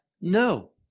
No